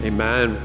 Amen